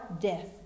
death